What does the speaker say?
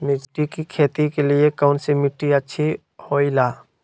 मिर्च की खेती के लिए कौन सी मिट्टी अच्छी होईला?